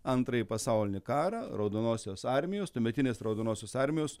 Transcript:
antrąjį pasaulinį karą raudonosios armijos tuometinės raudonosios armijos